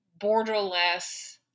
borderless